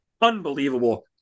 Unbelievable